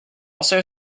also